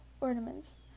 ornaments